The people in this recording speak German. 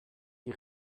die